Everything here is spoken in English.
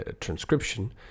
transcription